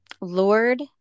Lord